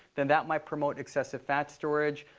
then that might promote excessive fat storage.